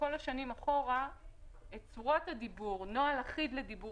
בכל הנוגע לנוהל הדיבור בעברית,